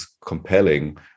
compelling